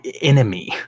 enemy